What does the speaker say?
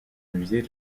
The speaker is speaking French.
musée